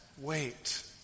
wait